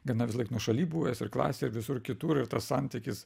gana visąlaik nuošaly buvęs ir klasėj ir visur kitur ir tas santykis